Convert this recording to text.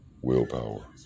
willpower